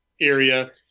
area